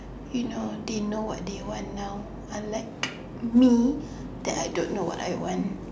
you know they know what they want now unlike me that I don't know what I want